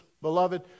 beloved